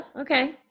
okay